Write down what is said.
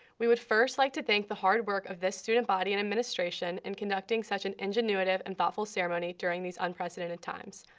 we would first like to thank the hard work of this student body and administration in conducting such an ingenuitive and thoughtful ceremony during these unprecedented times.